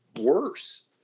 worse